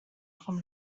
from